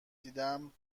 دیدم